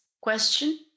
question